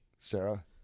Sarah